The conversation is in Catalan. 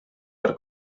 per